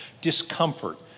discomfort